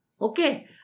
Okay